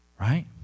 right